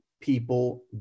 people